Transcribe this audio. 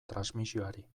transmisioari